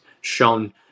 shown